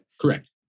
Correct